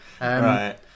Right